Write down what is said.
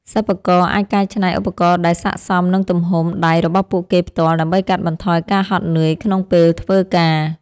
សិប្បករអាចកែច្នៃឧបករណ៍ដែលស័ក្តិសមនឹងទំហំដៃរបស់ពួកគេផ្ទាល់ដើម្បីកាត់បន្ថយការហត់នឿយក្នុងពេលធ្វើការ។